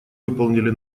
выполнили